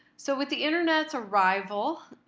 so with the internet's arrival,